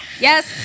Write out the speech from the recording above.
Yes